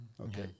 okay